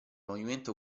movimento